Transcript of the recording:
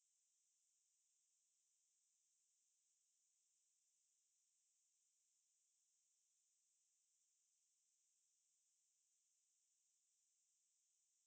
J_C lah previously all short distance secondary school relay short distance only then I nicely train all the way short distance my short distance solid you know then err when I went to J_C you know you have to